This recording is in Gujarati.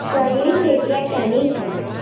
શર્લી સેટિયા ક્યાંની છે